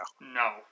no